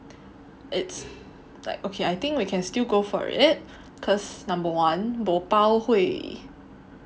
it's like okay I think we can still go for it because number one bo 包会